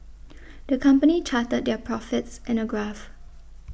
the company charted their profits in a graph